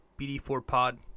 BD4Pod